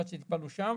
זה נושא אחד שטיפלנו שם.